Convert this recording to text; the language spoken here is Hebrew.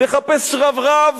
תחפש שרברב,